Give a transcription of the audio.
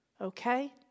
okay